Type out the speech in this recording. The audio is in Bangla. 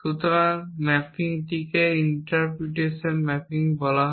সুতরাং এই ম্যাপিংকে ইন্টারপ্রিটেশন ম্যাপিং বলা হয়